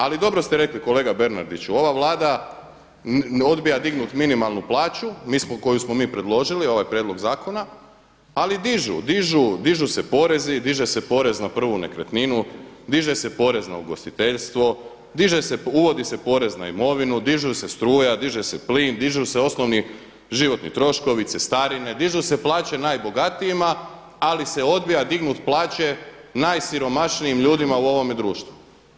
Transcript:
Ali dobro ste rekli kolega Bernardiću, ova Vlada odbija dignuti minimalnu plaću koju smo mi predložili ovaj prijedlog zakona ali dižu, dižu se porezi, diže se porez na prvu nekretninu, diže se porez na ugostiteljstvo, diže se, uvodi se porez na imovinu, diže se struja, diže se plin, dižu se osnovni životni troškovi, cestarine, dižu se plaće najbogatijima ali se odbijaju dignuti plaće najsiromašnijim ljudima u ovome društvu.